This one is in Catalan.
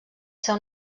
ser